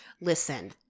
Listen